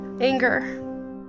anger